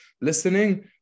listening